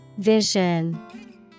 Vision